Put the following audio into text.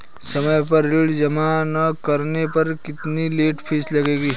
समय पर ऋण जमा न करने पर कितनी लेट फीस लगेगी?